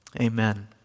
amen